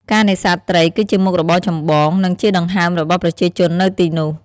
ការនេសាទត្រីគឺជាមុខរបរចម្បង និងជាដង្ហើមរបស់ប្រជាជននៅទីនោះ។